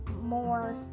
more